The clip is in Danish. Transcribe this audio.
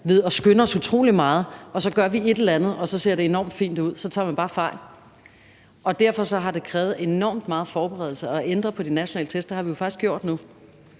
ved at skynde os utrolig meget og gøre et eller andet, og så ser det enormt fint ud, så tager man bare fejl. Derfor har det krævet enormt meget forberedelse at ændre på de nationale test. Det har vi jo faktisk gjort nu.